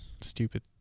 stupid